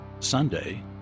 Sunday